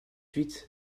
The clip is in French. huit